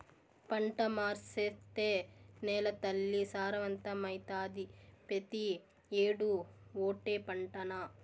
పంట మార్సేత్తే నేలతల్లి సారవంతమైతాది, పెతీ ఏడూ ఓటే పంటనా